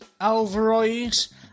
Alvarez